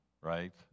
right